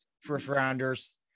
first-rounders